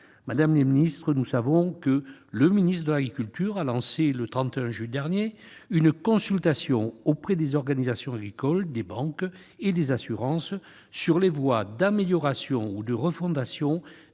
Madame la ministre, nous savons que le ministre de l'agriculture a lancé, le 31 juillet dernier, une consultation des organisations agricoles, des banques et des assurances sur « les voies d'amélioration ou de refondation